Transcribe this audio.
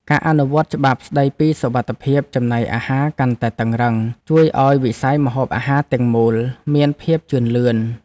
ការអនុវត្តច្បាប់ស្តីពីសុវត្ថិភាពចំណីអាហារកាន់តែតឹងរ៉ឹង ជួយឱ្យវិស័យម្ហូបអាហារទាំងមូលមានភាពជឿនលឿន។